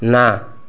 ନା